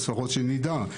לפחות שנדע.